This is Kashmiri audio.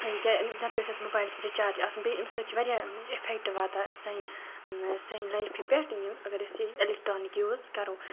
کیٛاہ نَتہٕ گژھِ اَسہِ موبایلَس رِچارٕج آسُن بیٚیہِ أمہِ سۭتۍ چھِ واریاہ اِفیکٹہٕ واتان اَسہِ سانہِ سانہِ لایفہِ پٮ۪ٹھ یِم اگر أسۍ یہِ ایلیکٹرٛانِک یوٗز کَرو